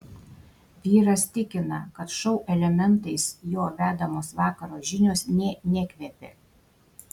vyras tikina kad šou elementais jo vedamos vakaro žinios nė nekvepia